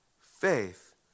faith